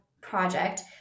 project